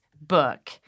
book